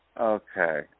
Okay